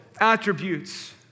attributes